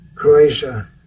Croatia